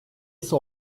ise